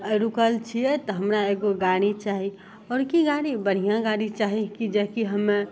अइ रुकल छियै तऽ हमरा एगो गाड़ी चाही आओर कि गाड़ी बढ़िआँ गाड़ी चाही कि जे कि हमे